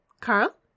Carl